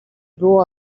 było